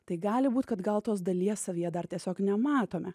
tai gali būt kad gal tos dalies savyje dar tiesiog nematome